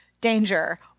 danger